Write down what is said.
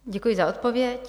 Děkuji za odpověď.